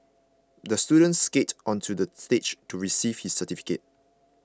the student skated onto the stage to receive his certificate